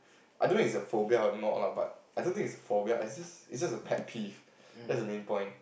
I don't know it's a phobia or not lah but I don't think it's a phobia it's just it's just a pet peeve that's the main point